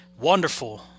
wonderful